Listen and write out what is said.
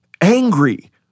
angry